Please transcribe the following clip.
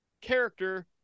character